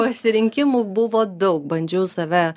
pasirinkimų buvo daug bandžiau save